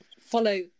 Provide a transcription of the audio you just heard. follow